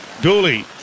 Dooley